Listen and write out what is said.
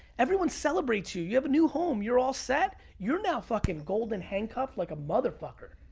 everyone celebrates you. you have a new home, you're all set. you're now fucking golden handcuffed like a motherfucker.